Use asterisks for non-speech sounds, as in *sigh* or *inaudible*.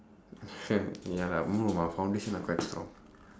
*laughs* ya lah no my foundation are quite strong